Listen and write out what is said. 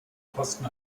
posten